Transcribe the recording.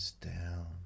down